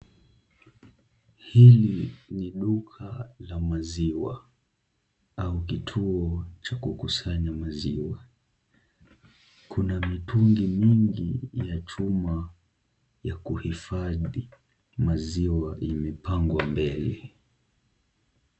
Hili ni duka la maziwa au kituo cha kukusanya maziwa, kuna mitungi mingi ya chuma ya kuhifadhi maziwa, imepangwa mbele.